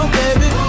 baby